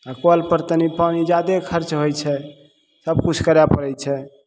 आओर कल पर तनी पानि जादे खर्च होइ छै सबकिछु करय पड़य छै